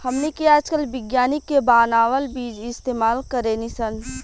हमनी के आजकल विज्ञानिक के बानावल बीज इस्तेमाल करेनी सन